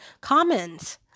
comments